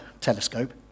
telescope